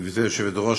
גברתי היושבת-ראש,